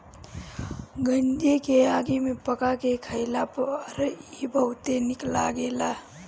गंजी के आगी में पका के खइला पर इ बहुते निक लगेला